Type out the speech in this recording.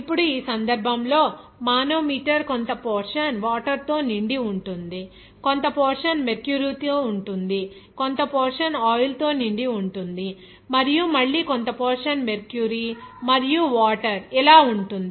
ఇప్పుడు ఈ సందర్భంలో మానోమీటర్ కొంత పోర్షన్ వాటర్ తో నిండి ఉంటుంది కొంత పోర్షన్ మెర్క్యూరీ తో ఉంటుంది కొంత పోర్షన్ ఆయిల్ తో నిండి ఉంటుంది మరియు మళ్ళీ కొంత పోర్షన్ మెర్క్యూరీ మరియు వాటర్ ఇలా ఉంటుంది